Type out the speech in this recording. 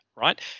right